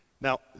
now